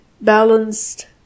Balanced